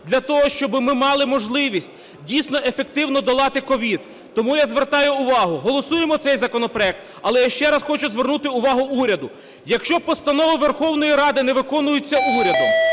для того, щоб ми мали можливість дійсно ефективно долати COVID. Тому я звертаю увагу, голосуємо цей законопроект. Але я ще раз хочу звернути увагу уряду, якщо постанова Верховної Ради не виконується урядом,